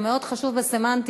זה מאוד חשוב בסמנטיקה.